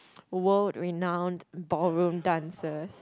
world renowned ballroom dancers